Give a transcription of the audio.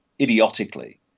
idiotically